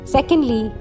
Secondly